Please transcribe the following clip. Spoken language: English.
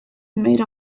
made